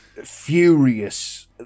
furious